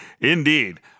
indeed